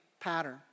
pattern